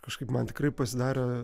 kažkaip man tikrai pasidarė